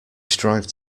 strived